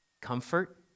Comfort